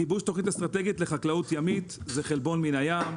גיבוש תוכנית אסטרטגית לחקלאות ימית זה חלבון מן הים.